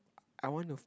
I want to